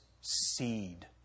seed